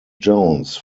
jones